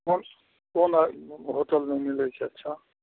कोन कोन होटलमे मिलैत छै अच्छा